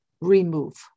remove